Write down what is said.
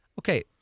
Okay